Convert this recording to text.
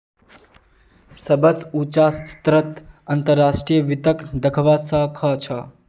सबस उचा स्तरत अंतर्राष्ट्रीय वित्तक दखवा स ख छ